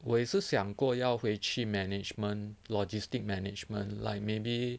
我也是想过要回去 management logistics management like maybe